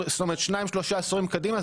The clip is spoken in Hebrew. שניים-שלושה עשורים קדימה,